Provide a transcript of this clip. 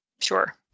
Sure